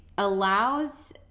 allows